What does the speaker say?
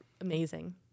amazing